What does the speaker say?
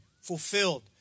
fulfilled